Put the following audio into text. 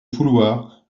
vouloir